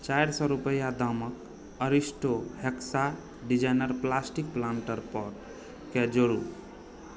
चारि सए रूपैआ दामक Aristo hexa designer plastic planter पॉटकेँ जोड़ू